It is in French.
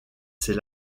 ses